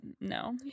no